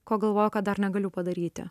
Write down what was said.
ko galvojau kad dar negaliu padaryti